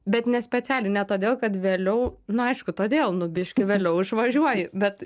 bet ne specialiai ne todėl kad vėliau nu aišku todėl nu biškį vėliau išvažiuoji bet